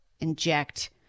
inject